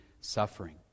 suffering